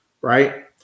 right